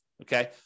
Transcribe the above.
Okay